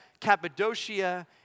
Cappadocia